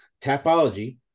Tapology